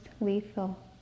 lethal